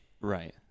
Right